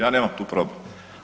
Ja nemam tu problem.